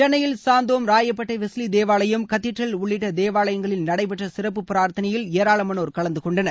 சென்னையில் சாந்தோம் ராயப்பேட்டை வெஸ்லி தேவாலயம் கதீட்ரல் தேவாலயம் உள்ளிட்ட தேவாலயங்களில் நடைபெற்ற சிறப்பு பிரார்த்தனையில் ஏராளமானோர் கலந்து கொண்டனர்